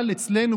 אבל אצלנו,